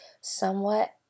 somewhat